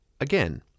Again